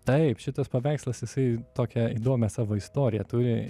taip šitas paveikslas jisai tokią įdomią savo istoriją turi